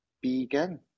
begin